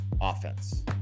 offense